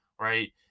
right